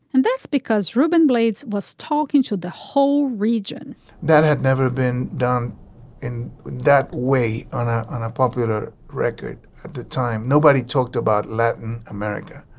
and that's because ruben blades was talking to the whole region that had never been done in that way on ah on a popular record the time. nobody talked about latin america.